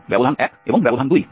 ব্যবধান 1 এবং ব্যবধান 2